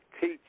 teach